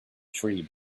tree